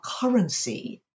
currency